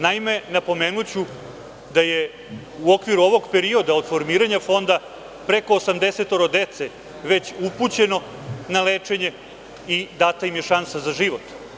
Naime, napomenuću da je u okviru ovog perioda, od formiranja fonda, preko 80 dece već upućeno na lečenje i data im je šansa za život.